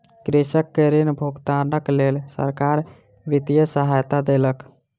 कृषक के ऋण भुगतानक लेल सरकार वित्तीय सहायता देलक